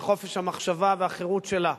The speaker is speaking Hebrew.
בחופש המחשבה והחירות שלה.